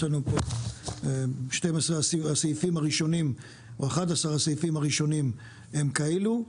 יש לנו פה 11 הסעיפים הראשונים הם כאלו,